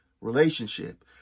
relationship